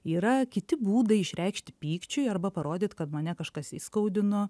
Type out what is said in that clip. yra kiti būdai išreikšti pykčiui arba parodyt kad mane kažkas įskaudino